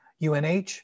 UNH